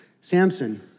Samson